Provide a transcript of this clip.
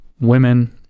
women